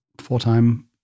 full-time